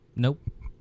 Nope